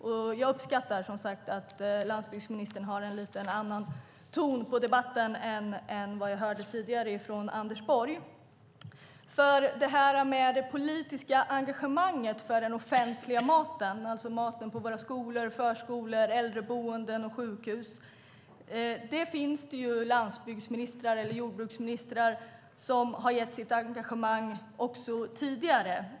Och jag uppskattar, som sagt, att landsbygdsministern har en något annan ton i debatten än vad jag tidigare hörde från Anders Borg. När det gäller det politiska engagemanget för den offentliga maten, alltså maten i våra skolor, förskolor, äldreboenden och sjukhus, finns det landsbygdsministrar eller jordbruksministrar som även tidigare har engagerat sig.